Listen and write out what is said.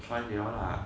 sky they all lah